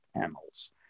panels